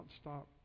stop